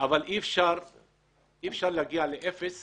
אבל אי אפשר להגיע לאפס